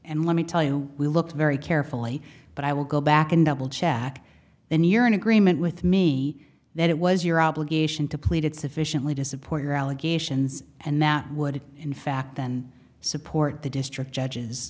and let me tell you we look very carefully but i will go back and double check back then you're in agreement with me that it was your obligation to plead it sufficiently to support your allegations and that would in fact then support the district judges